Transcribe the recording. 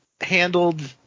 handled